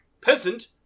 peasant